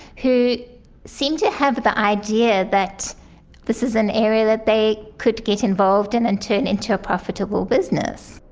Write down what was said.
who seem to have the idea that this is an area that they could get involved in and turn into a profitable business.